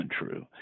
untrue